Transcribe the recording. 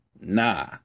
nah